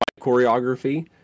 choreography